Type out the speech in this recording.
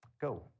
go